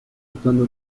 actuando